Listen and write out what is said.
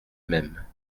même